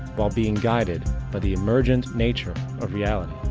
while being guided by the emergent nature of reality,